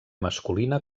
masculina